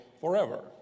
forever